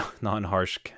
non-harsh